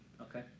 Okay